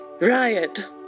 Riot